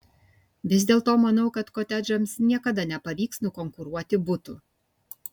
vis dėlto manau kad kotedžams niekada nepavyks nukonkuruoti butų